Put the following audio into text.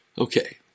Okay